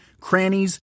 crannies